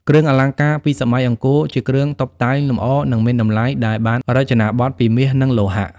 គ្រឿងអលង្ការពីសម័យអង្គរជាគ្រឿងតុបតែងលម្អនិងមានតម្លៃដែលបានរចនាបថពីមាសនិងលោហៈ។